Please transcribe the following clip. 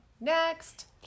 Next